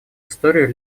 историю